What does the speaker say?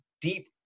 deep